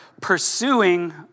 pursuing